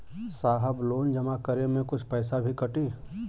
साहब लोन जमा करें में कुछ पैसा भी कटी?